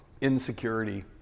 insecurity